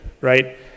right